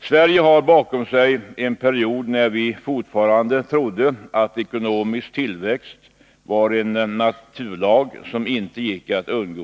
Sverige har bakom sig en period när vi fortfarande trodde att ekonomisk tillväxt var en naturlag som inte gick att undgå.